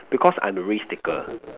because I'm a risk taker